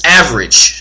average